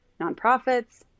nonprofits